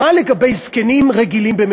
מה לגבי זקנים "רגילים"?